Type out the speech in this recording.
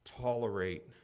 tolerate